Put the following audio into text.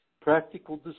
practical